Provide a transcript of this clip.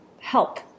help